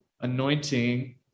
anointing